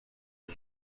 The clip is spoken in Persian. ذوق